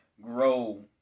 grow